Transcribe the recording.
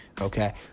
okay